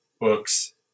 books